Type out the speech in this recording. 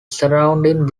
surrounding